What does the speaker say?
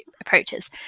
approaches